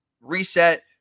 reset